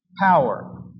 power